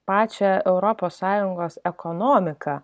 pačią europos sąjungos ekonomiką